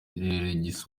gisa